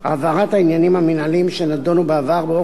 העברת העניינים המינהליים שנדונו בעבר באופן